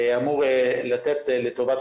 אמור לתת לטובת